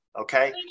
Okay